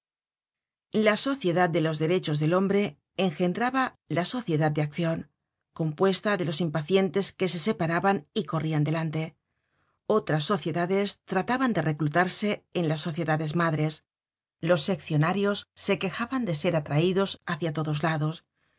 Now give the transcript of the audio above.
la sociedad de los derechos del hombre engendraba la sociedad de accion compuesta de los impacientes que se separaban y corrian delante otras sociedades trataban de reclutarse en las sociedades madres los seccionarlos se quejaban de ser atraidos hácia todos lados